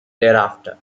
thereafter